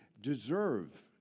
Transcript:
deserve